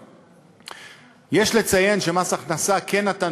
יש שני סוגי פנסיה במשק